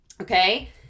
okay